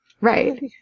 Right